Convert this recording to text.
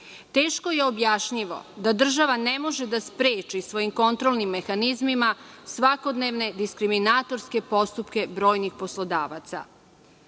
Teško je objašnjivo da država ne može da spreči svojim kontrolnim mehanizmima svakodnevne diskriminatorske postupke brojnih poslodavaca. Zakon